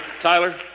Tyler